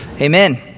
amen